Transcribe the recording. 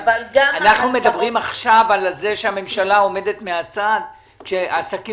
אנחנו עכשיו מדברים על זה שהממשלה עומדת מהצד בזמן שהעסקים